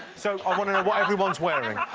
so i want to know what everyone's wearing.